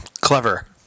clever